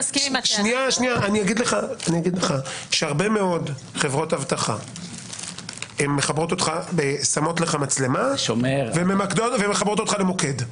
אני אגיד לך שהרבה מאוד חברות אבטחה שמות לך מצלמה ומחברות אותך למוקד.